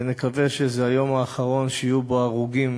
נקווה שזה היום האחרון שיהיו בו הרוגים